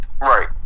right